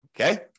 Okay